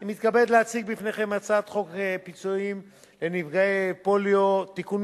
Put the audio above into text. אנחנו רוצים לקדם את הצעת החוק לגבי הפוליו כדי לשחרר את החברים